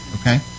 okay